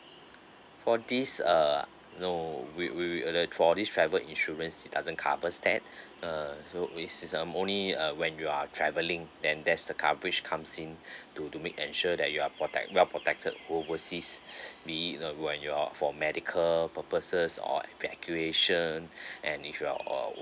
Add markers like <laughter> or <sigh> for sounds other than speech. for these uh no we we we uh the for this travel insurance it doesn't covers that uh so this is um only uh when you are traveling then there's the coverage comes in to to make ensure that you are protect well protected overseas <breath> be it that when you're out for medical purposes or evacuation <breath> and if you're err